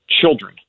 children